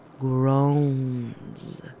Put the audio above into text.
groans